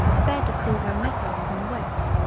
a bed of full-grown nettles from the west.